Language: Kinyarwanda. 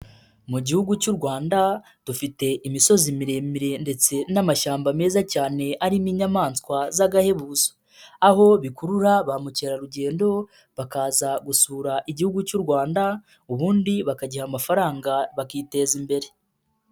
Mu gihugu cy'u Rwanda dufite imisozi miremire ndetse n'amashyamba meza cyane n'inyamaswa z'agahebuzo, aho bikurura ba mukerarugendo bakaza gusura igihugu cy'u Rwanda, ubundi bakagiha amafaranga bakiteza imbere.